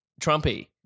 Trumpy